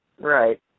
Right